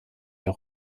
der